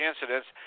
incidents